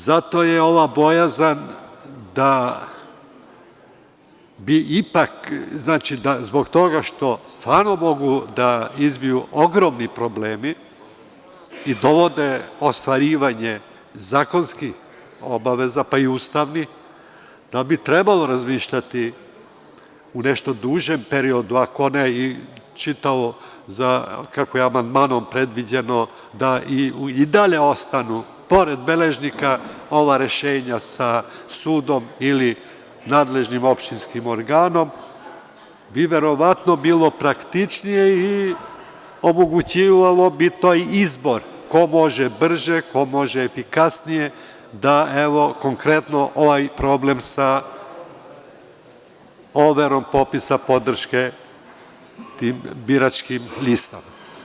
Zato je ova bojazan da bi ipak, da zbog toga što stvarno mogu da izbiju ogromni problemi i dovode ostvarivanje zakonskih obaveza, pa i ustavnih, da bi trebalo razmišljati u nešto dužem periodu, ako ne i čitavo, kako je amandmanom predviđeno, da i dalje ostanu pored beležnika ova rešenja sa sudom ili nadležnim opštinskim organom bi verovatno bilo praktičnije i omogućavalo bi to izbor, ko može brže, komože efikasnije da evo konkretno ovaj problem sa overom potpisa podrške tim biračkim listama.